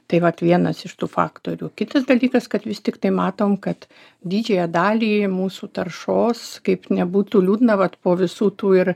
taip vat vienas iš tų faktorių kitas dalykas kad vis tiktai matom kad didžiąją dalį mūsų taršos kaip nebūtų liūdna vat po visų tų ir